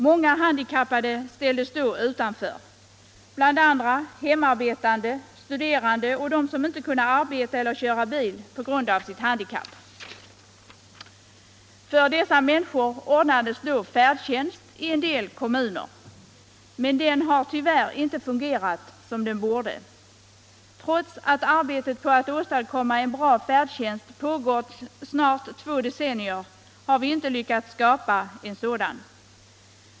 Många handikappade ställdes då utanför, bl.a. hemarbétande, studerande och de som inte kunde arbeta eller köra bil på grund av sitt handikapp. För dessa människor ordnades då färdtjänst i en del kommuner. Men den har tyvärr inte fungerat som den borde. Trots att arbetet på att åstadkomma en bra färdtjänst har pågått i snart två decennier. har vi inte lyckats skapa en sådan.